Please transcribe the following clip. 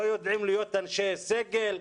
לא יודעים להיות אנשי סגל?